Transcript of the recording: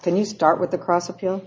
can you start with the cross appeal